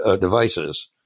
devices